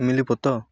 ମିଳିବ ତ